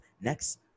next